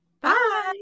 Bye